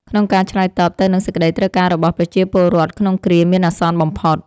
ក្នុងការឆ្លើយតបទៅនឹងសេចក្តីត្រូវការរបស់ប្រជាពលរដ្ឋក្នុងគ្រាមានអាសន្នបំផុត។